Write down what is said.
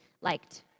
Liked